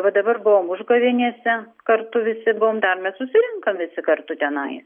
va dabar buvom užgavėnese kartu visi buvom dar mes susirinkam visi kartu tenai